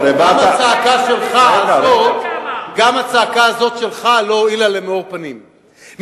גם הצעקה הזו שלך לא הועילה למאור פנים,